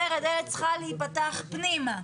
אומר הדלת צריכה להיפתח פנימה.